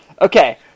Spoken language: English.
Okay